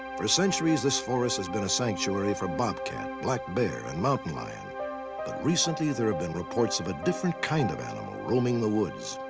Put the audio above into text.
for centuries this forest has been a sanctuary for bobcat, black bear, and mountain lion. and recently there have been reports of a different kind of animal roaming the woods.